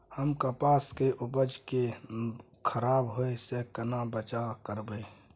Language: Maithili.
हम कपास के उपज के खराब होय से केना बचाव करबै?